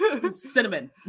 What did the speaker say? Cinnamon